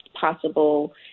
possible